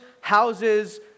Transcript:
houses